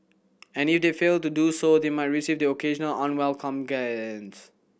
and if they fail to do so they might receive the occasional unwelcome glance